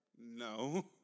No